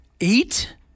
eight